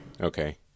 Okay